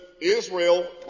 Israel